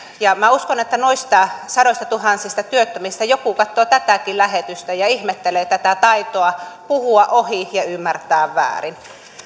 ja minä uskon että noista sadoistatuhansista työttömistä joku katsoo tätäkin lähetystä ja ihmettelee tätä taitoa puhua ohi ja ymmärtää väärin